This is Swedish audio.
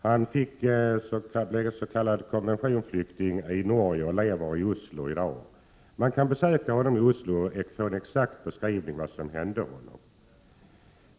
Han blev s.k. konventionsflykting i Norge och lever i Oslo i dag. Man kan besöka honom i Oslo och få en exakt beskrivning av vad som hände honom.